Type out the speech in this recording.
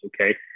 Okay